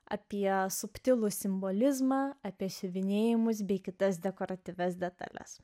apie subtilų simbolizmą apie siuvinėjimus bei kitas dekoratyvias detales